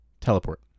Teleport